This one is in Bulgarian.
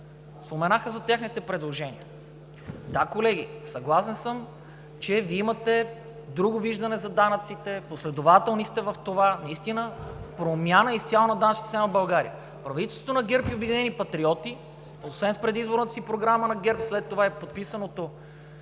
споменаха за техните предложения. Да, колеги, съгласен съм, че Вие имате друго виждане за данъците, последователни сте в това наистина – промяна изцяло на данъчната система в България. Правителството на ГЕРБ и „Обединени патриоти“ освен с предизборната си програма на ГЕРБ, след това и подписаното